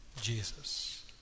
Jesus